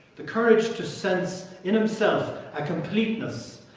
the courage to sense in himself a completeness.